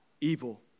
evil